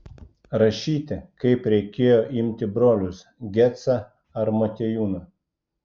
rašyti kaip reikėjo imti brolius gecą ar motiejūną